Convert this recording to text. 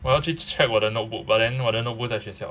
我要去 check 我的 notebook but then 我的 notebook 在学校